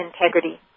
integrity